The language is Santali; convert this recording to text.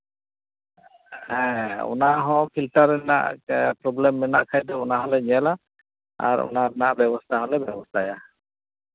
ᱦᱮᱸ ᱚᱱᱟᱦᱚᱸ ᱯᱷᱤᱞᱴᱟᱨ ᱨᱮᱱᱟᱜ ᱯᱨᱚᱵᱞᱮᱢ ᱢᱮᱱᱟᱜ ᱠᱷᱟᱡ ᱫᱚ ᱚᱱᱟ ᱦᱚᱸᱞᱮ ᱧᱮᱞᱟ ᱟᱨ ᱚᱱᱟ ᱨᱮᱱᱟᱜ ᱵᱮᱵᱚᱥᱛᱷᱟ ᱦᱚᱸᱞᱮ ᱵᱮᱵᱚᱥᱛᱷᱟᱭᱟ